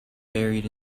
buried